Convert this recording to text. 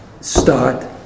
start